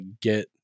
get